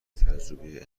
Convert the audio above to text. تجربه